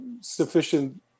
sufficient